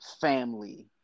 family